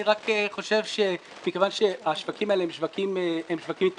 אני רק חושב שמכיוון שהשווקים האלה הם שווקים מתפתחים,